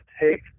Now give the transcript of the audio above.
take